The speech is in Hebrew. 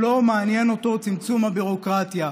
לא מעניין אותו צמצום הביורוקרטיה.